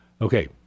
Okay